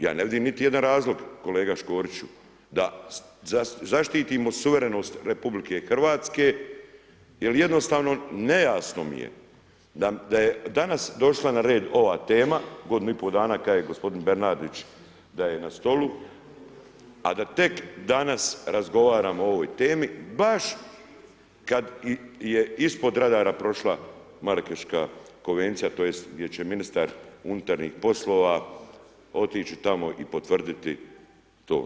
Ja ne vidim niti jedan razlog kolega Škoriću da zaštitimo suverenost RH jer jednostavno nejasno mi je da je danas došla na red ova tema godinu i pol dana kaže gospodin Bernardić da je na stolu a da tek danas razgovaramo o ovoj temi baš kada je i ispod radara prošla Marakeška konvencija, tj. gdje će ministar unutarnjih poslova otići tamo i potvrditi to.